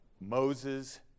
Moses